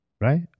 Right